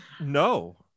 No